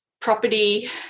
property